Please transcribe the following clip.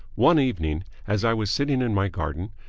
one evening, as i was sitting in my garden,